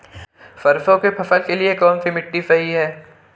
सरसों की फसल के लिए कौनसी मिट्टी सही हैं?